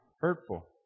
hurtful